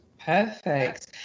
Perfect